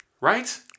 right